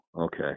okay